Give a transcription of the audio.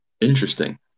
Interesting